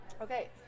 Okay